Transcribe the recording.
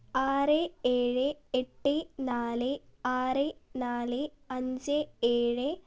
ആറ് എഴ് എട്ട് നാല് ആറ് നാല് അഞ്ച് ഏഴ്